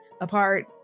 apart